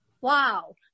wow